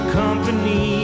company